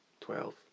twelve